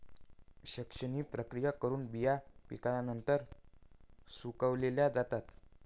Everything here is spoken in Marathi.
लक्षणीय प्रक्रिया करून बिया पिकल्यानंतर सुकवल्या जातात